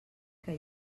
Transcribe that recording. que